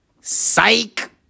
Psych